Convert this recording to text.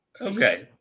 Okay